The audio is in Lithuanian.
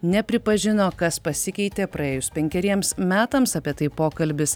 nepripažino kas pasikeitė praėjus penkeriems metams apie tai pokalbis